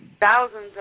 Thousands